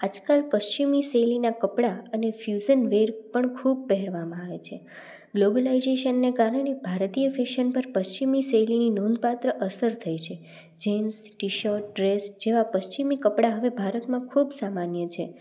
આજકાલ પશ્ચિમની શૈલીનાં કપડાં અને ફયુઝનવેર પણ ખૂબ પહેરવામાં આવે છે ગ્લોબોલાઇઝેશનને કારણે ભારતીય ફેશન પર પશ્ચિમી શૈલીની નોંધપાત્ર અસર થઈ છે જીન્સ ટીશર્ટ ડ્રેસ જેવાં પશ્ચિમી કપડાં હવે ભારતમાં ખૂબ સામાન્ય છે